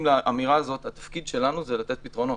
לאמירה הזאת התפקיד שלנו הוא לתת פתרונות.